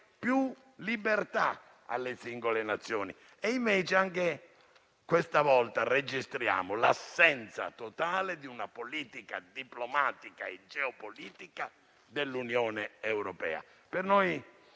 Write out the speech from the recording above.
più libertà alle singole nazioni. Invece anche questa volta registriamo l'assenza totale di una strategia diplomatica e geopolitica dell'Unione europea. Per noi,